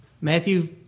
Matthew